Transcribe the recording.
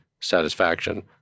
satisfaction